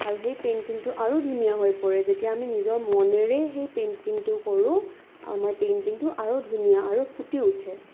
আৰু সেই পেইন্টিংটো আৰু ধুনীয়া হৈ পৰে যেতিয়া আমি নিজৰ মনেৰে সেই পেইন্টিংটো কৰোঁ আৰু আমাৰ পেইন্টিংটো আৰু ধুনীয়া আৰু ফুটি উঠে